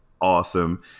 awesome